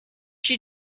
she